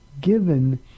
given